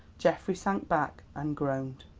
geoffrey sank back and groaned.